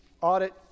audit